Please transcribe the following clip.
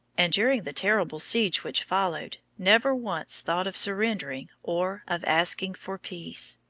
and during the terrible siege which followed never once thought of surrendering or of asking for peace.